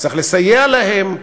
צריך לסייע להם,